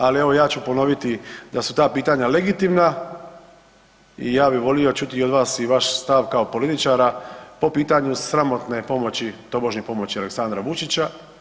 Ali evo ja ću ponoviti da su ta pitanja legitimna i ja bih volio čuti i od vas i vaš stav kao političara po pitanju sramotne pomoći, tobožnje pomoći Aleksandra Vučića.